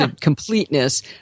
completeness